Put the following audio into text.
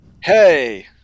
hey